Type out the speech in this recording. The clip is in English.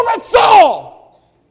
Saul